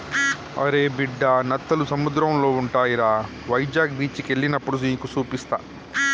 అరే బిడ్డా నత్తలు సముద్రంలో ఉంటాయిరా వైజాగ్ బీచికి ఎల్లినప్పుడు నీకు సూపిస్తా